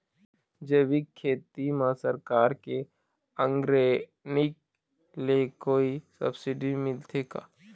जैविक खेती म सरकार के ऑर्गेनिक ले कोई सब्सिडी मिलथे का?